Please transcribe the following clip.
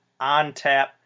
ONTAP